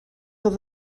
oedd